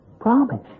promise